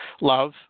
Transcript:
love